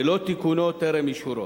ולא תיקונו טרם אישורו,